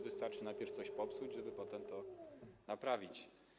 Wystarczy najpierw coś popsuć, żeby potem to naprawić.